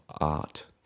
art